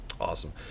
Awesome